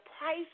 price